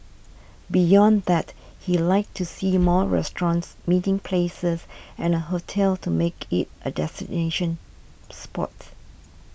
beyond that he like to see more restaurants meeting places and a hotel to make it a destination spot